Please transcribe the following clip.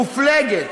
מופלגת,